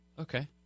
Okay